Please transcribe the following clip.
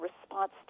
response